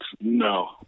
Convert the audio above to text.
no